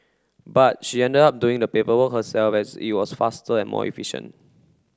but she ended up doing the paperwork herself as it was faster and more efficient